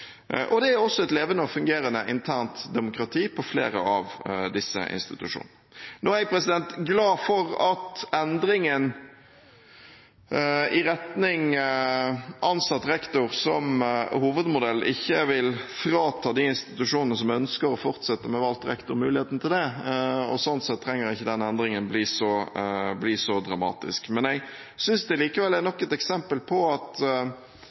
Det er også et levende og fungerende internt demokrati på flere av disse institusjonene. Nå er jeg glad for at endringen i retning ansatt rektor som hovedmodell ikke vil frata de institusjonene som ønsker å fortsette med valgt rektor, muligheten til det, og sånn sett trenger ikke denne endringen å bli så dramatisk, men jeg synes likevel det er nok et eksempel på at